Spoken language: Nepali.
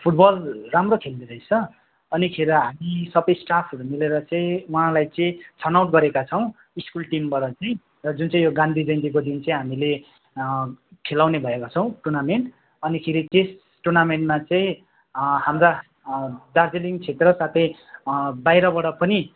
फुटबल राम्रो खेल्दो रहेछ अनिखेर हामी सबै स्टाफहरू मिलेर चाहिँ उहाँलाई चाहिँ छनौट गरेका छौँ स्कुल टिमबाट चाहिँ यो जुन चाहिँ यो गान्धी जयन्तीको दिन चाहिँ हामीले खेलाउने भएका छौँ टुर्नामेन्ट अनिखेर त्यस टुर्नामेन्टमा चाहिँ हाम्रा दार्जिलिङ क्षेत्रका चाहिँ बाहिरबाट पनि